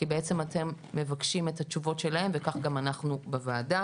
כי בעצם אתם מבקשים את התשובות שלהם וכך גם אנחנו בוועדה.